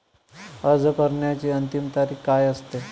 अर्ज करण्याची अंतिम तारीख काय असते?